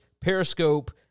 Periscope